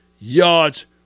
yards